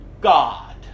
God